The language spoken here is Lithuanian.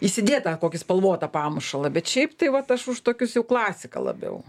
įsidėt tą kokį spalvotą pamušalą bet šiaip tai vat aš už tokius jau klasiką labiau